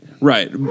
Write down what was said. Right